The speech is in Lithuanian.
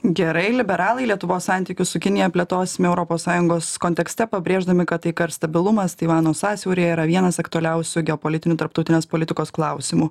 gerai liberalai lietuvos santykius su kinija plėtosime europos sąjungos kontekste pabrėždami kad taika ir stabilumas taivano sąsiauryje yra vienas aktualiausių geopolitinių tarptautinės politikos klausimų